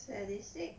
sadistic